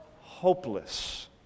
hopeless